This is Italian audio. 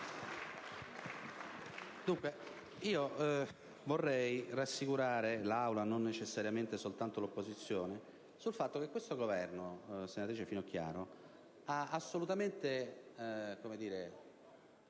vorrei rassicurare l'Aula, non necessariamente soltanto l'opposizione, sul fatto che questo Governo, senatrice Finocchiaro, ha assolutamente